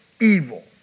evil